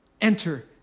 Enter